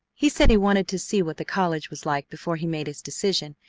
he said he wanted to see what the college was like before he made his decision,